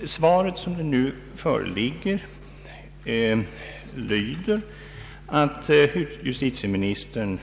Det svar som nu föreligger lyder, att justitieministern